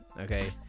Okay